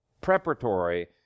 preparatory